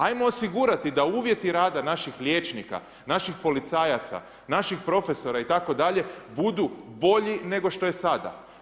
Ajmo osigurati da uvjeti rada naših liječnika, naših policajaca, naših profesora itd. budu bolji nego što je sada.